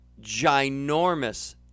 ginormous